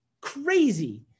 crazy